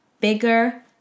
bigger